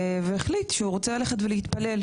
והחליט שהוא רוצה ללכת ולהתפלל,